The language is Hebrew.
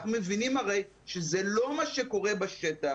אנחנו הרי מבינים שזה לא מה שקורה בשטח.